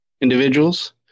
individuals